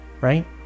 right